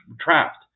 trapped